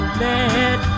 let